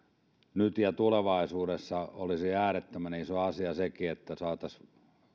nyt ja tulevaisuudessa olisi äärettömän iso asia sekin että saataisiin